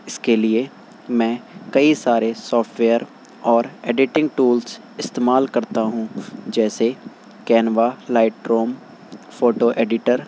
اس کے لیے میں کئی سارے سافٹ ویئر اور ایڈٹنگ ٹولس استعمال کرتا ہوں جیسے Canva Lightroom photo editor